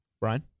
Brian